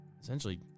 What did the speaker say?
Essentially